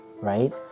right